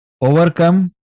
overcome